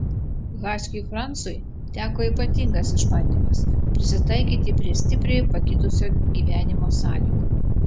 haskiui francui teko ypatingas išbandymas prisitaikyti prie stipriai pakitusio gyvenimo sąlygų